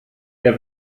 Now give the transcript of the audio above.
der